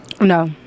No